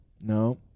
No